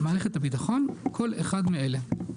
"מערכת הביטחון" כל אחד מאלה: (1)